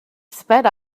sped